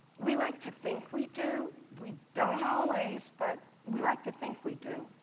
we like to think we do. we don't always, but we like to think we do.